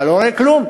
אתה לא רואה כלום.